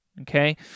okay